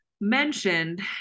mentioned